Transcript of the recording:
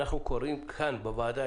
אנחנו קוראים כאן בוועדה,